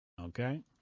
Okay